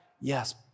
Yes